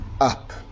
up